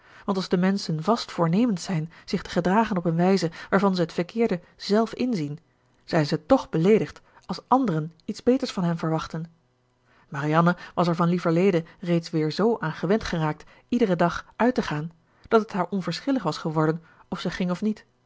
want als de menschen vast voornemens zijn zich te gedragen op een wijze waarvan ze t verkeerde zelf inzien zijn ze tch beleedigd als anderen iets beters van hen verwachten marianne was er van lieverlede reeds weer z aan gewend geraakt iederen dag uit te gaan dat het haar onverschillig was geworden of zij ging of niet